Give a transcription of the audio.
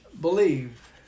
Believe